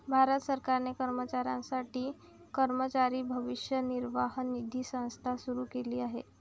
भारत सरकारने कर्मचाऱ्यांसाठी कर्मचारी भविष्य निर्वाह निधी संस्था सुरू केली आहे